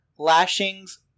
lashings